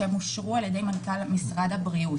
שאושרו על ידי מנכ"ל משרד הבריאות.